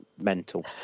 mental